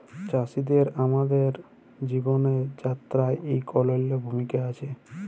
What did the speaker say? চাষীদের আমাদের জীবল যাত্রায় ইক অলল্য ভূমিকা আছে